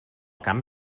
camp